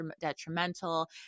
detrimental